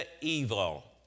evil